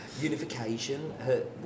unification